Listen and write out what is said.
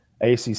ACC